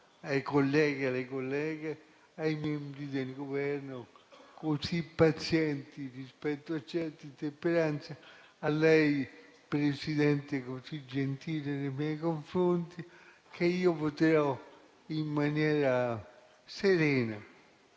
ai colleghi e alle colleghe, ai membri del Governo, così pazienti rispetto a certe intemperanze, e a lei, signor Presidente, così gentile nei miei confronti, che io voterò in maniera serena